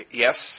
yes